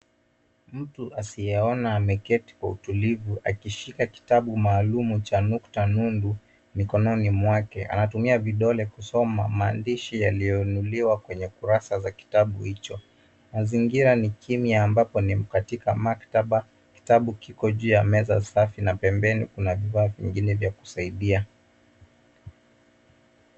Mtu asiyeona ameketi kwa utulivu akishika kitabu maalum cha nukta nundu mikononi mwake. Anatumia vidole kusima maandishi yaliyoinuliwa kwenye kurasa za kitabu hicho. Mazingira ni kimya ambapo ni katika maktaba. Kitabu kiko juu ya meza safi na pembeni kuna vifaa vingine vya kusaidia.